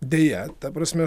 deja ta prasme